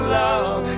love